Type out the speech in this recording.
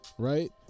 right